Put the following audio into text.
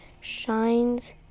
shines